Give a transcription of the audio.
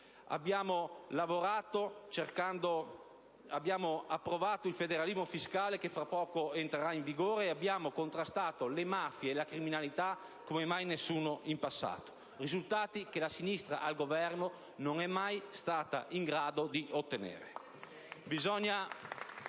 di lavoro. Abbiamo approvato il federalismo fiscale, che fra poco entrerà in vigore, e abbiamo contrastato le mafie e la criminalità come mai nessuno in passato. Sono risultati che la sinistra al governo non è mai stata in grado di ottenere.